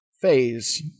phase